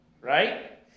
right